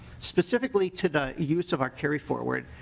specifically to the use of our carryforward